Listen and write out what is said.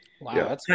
Wow